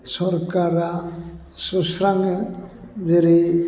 सोरखारा सुस्राङो जेरै